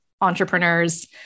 entrepreneurs